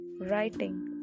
writing